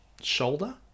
shoulder